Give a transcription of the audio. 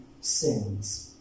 sins